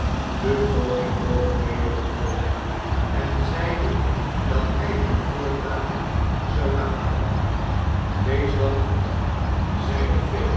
de koning boog weder het hoofd en zeide dat hy het voortaan zou laten wees dan goed zei de pee